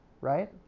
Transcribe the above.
right